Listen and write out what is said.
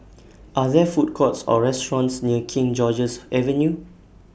Are There Food Courts Or restaurants near King George's Avenue